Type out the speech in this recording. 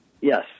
Yes